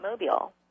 mobile